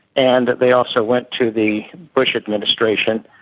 and they also went to the bush administration,